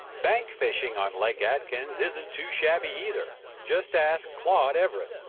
bank fishing on lake atkins isn't too shabby either. just ask claude everette.